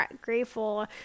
grateful